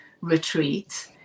retreat